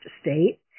state